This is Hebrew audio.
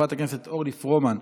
חברת הכנסת אורלי פרומן,